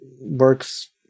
works